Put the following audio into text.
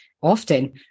often